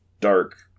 dark